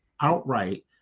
outright